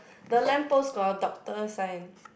the lamp post got a doctor sign